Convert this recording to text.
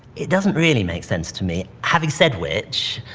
it doesn't really make sense to me. having said which,